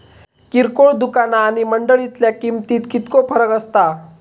किरकोळ दुकाना आणि मंडळीतल्या किमतीत कितको फरक असता?